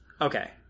okay